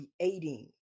creating